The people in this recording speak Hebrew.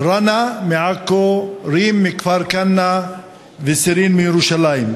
ראנא מעכו, רים מכפר-כנא וסירין מירושלים.